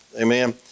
amen